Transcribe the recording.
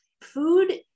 food